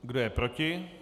Kdo je proti?